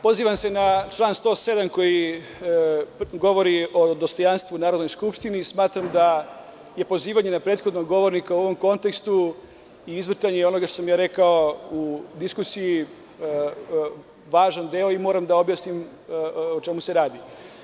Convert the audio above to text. Pozivam se na član 107, koji govori o dostojanstvu u Narodnoj skupštini i smatram da je pozivanje prethodnog govornika u ovom kontekstu i izvrtanje onoga što sam ja rekao u diskusiji važan deo i moram da objasnim o čemu se radi.